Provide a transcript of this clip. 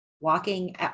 walking